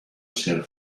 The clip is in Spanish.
ser